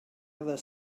other